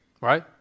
right